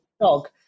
dog